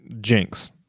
Jinx